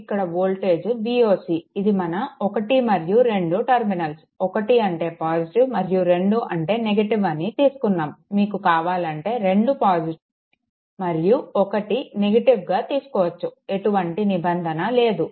ఇక్కడ voltage Voc ఇది మన 1 మరియు 2 టర్మినల్స్ 1 అంటే పాజిటివ్ మరియు 2 అంటే నెగెటివ్ అని తీసుకున్నాము మీకు కావాలంటే 2 పాజిటివ్ మరియు 1 నెగటివ్గా తీసుకోవచ్చు ఎటువంటి నిబంధన లేదు